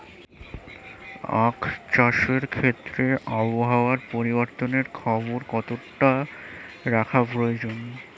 আখ চাষের ক্ষেত্রে আবহাওয়ার পরিবর্তনের খবর কতটা রাখা প্রয়োজন?